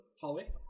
hallway